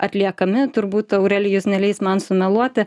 atliekami turbūt aurelijus neleis man sumeluoti